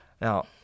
now